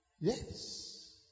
Yes